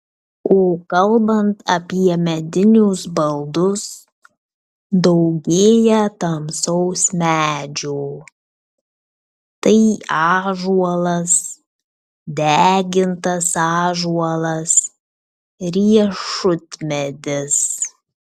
o kalbant apie medinius baldus daugėja tamsaus medžio tai ąžuolas degintas ąžuolas riešutmedis